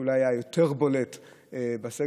שאולי זה היה יותר בולט בתאונות.